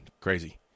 Crazy